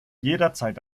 jederzeit